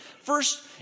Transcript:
First